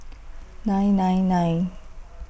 nine nine nine